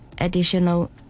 additional